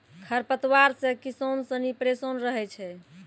खरपतवार से किसान सनी परेशान रहै छै